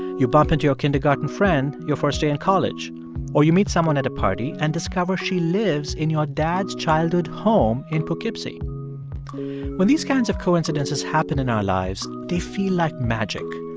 you bump into your kindergarten friend your first day in college or you meet someone at a party and discover she lives in your dad's childhood home in poughkeepsie when these kinds of coincidences happen in our lives, they feel like magic.